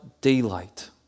daylight